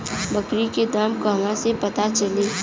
बकरी के दाम कहवा से पता चली?